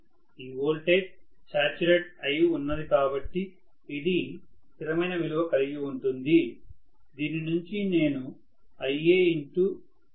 ఈ voltage saturate అయి ఉన్నది కాబట్టి ఇది స్థిరమైన విలువ కలిగి ఉంటుంది దీని నుంచి నేనుIaRaRFSడ్రాప్ తీసి వేస్తున్నాను